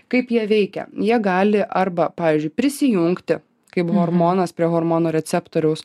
kaip jie veikia jie gali arba pavyzdžiui prisijungti kaip hormonas prie hormonų receptoriaus